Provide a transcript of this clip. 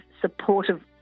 supportive